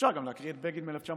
אפשר גם להקריא את בגין מ-1956,